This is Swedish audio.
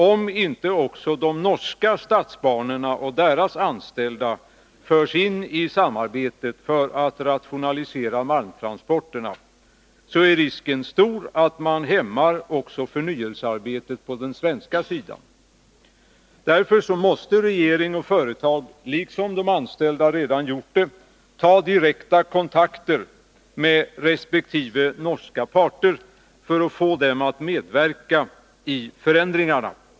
Om inte också Norske Statsbaner och deras anställda förs in i samarbetet för att rationalisera malmtransporterna, är risken stor att man hämmar förnyelsearbetet också på den svenska sidan. Därför måste regering och företag, i likhet med vad de anställda redan har gjort, ta direkta kontakter med resp. norska parter för att få dem att medverka i förändringarna.